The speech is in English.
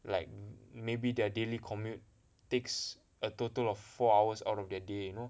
like maybe their daily commute takes a total of four hours out of their day you know